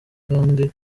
kandi